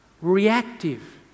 reactive